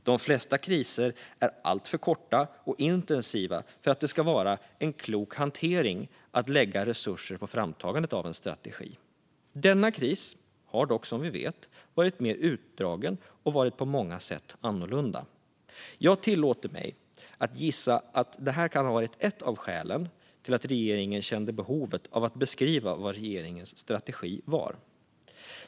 De flesta kriser är alltför korta och intensiva för att det ska vara en klok hantering att lägga resurser på framtagandet av en strategi. Denna kris har dock, som vi vet, varit mer utdragen och på många sätt varit annorlunda. Jag tillåter mig att gissa att detta var ett av skälen till att regeringen kände behovet att beskriva vad regeringens strategi var.